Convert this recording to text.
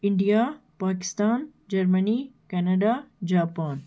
India Pakistan Germany Canada Japan